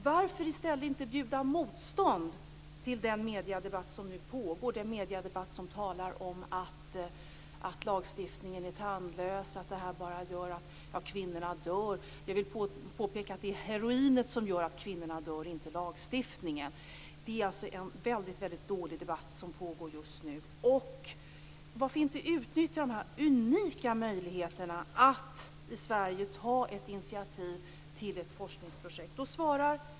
Varför inte i stället bjuda motstånd till den mediedebatt som nu pågår och som talar om att lagstiftningen är tandlös och att detta bara gör att kvinnorna dör? Jag vill påpeka att det är heroinet som gör att kvinnorna dör, inte lagstiftningen. Det är en väldigt dålig debatt som pågår just nu. Varför inte utnyttja de unika möjligheterna att i Sverige ta initiativ till ett forskningsprojekt?